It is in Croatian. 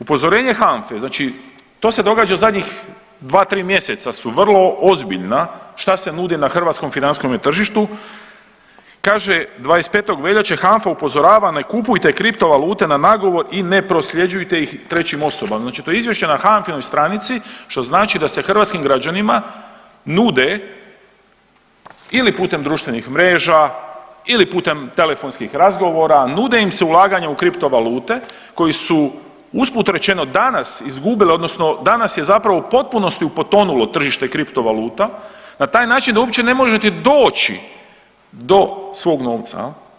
Upozorenje HANFA-e znači to se događa u zadnjih dva, tri mjeseca su vrlo ozbiljna šta se nudi na hrvatskome financijskom tržištu, kaže 25. veljače HANFA upozorava ne kupujte kripto valute na nagovor i ne prosljeđujte ih trećim osobama, znači to je izvješće na HANFA-inoj stranici što znači da se hrvatskim građanima nude ili putem društvenih mreža ili putem telefonskih razgovora nude im se ulaganja u kripto valute koji su usput rečeno danas izgubile odnosno danas je zapravo u potpunosti potonulo tržište kripto valuta na taj način da uopće ne možete doći do svog novca.